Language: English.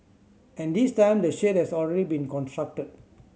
and this time the shade has already been constructed